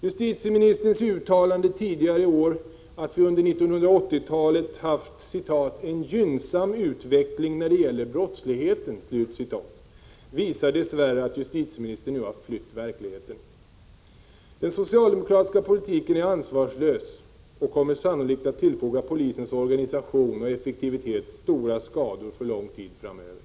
Justitieministerns uttalande tidigare i år, att vi under 1980-talet haft ”en gynnsam utveckling när det gäller brottsligheten”, visar att justitieministern har flytt verkligheten. Den socialdemokratiska politiken är ansvarslös och kommer sannolikt att tillfoga polisens organisation och effektivitet stora skador för lång tid framöver.